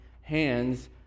hands